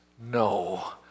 no